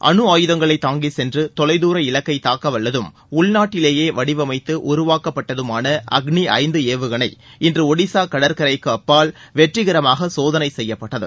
அனு ஆயுதங்களை தாங்கி சென்று தொலைதூர இலக்கை தாக்கவல்லதும் உள்நாட்டிலேயே வடிவமைத்து உருவாக்கப்பட்டதுமான அக்ளி ஐந்து ஏவுகனை இன்று ஒடிசா கடற்கரைக்கு அப்பால் வெற்றிகரமாக சோதனை செய்யப்பட்டது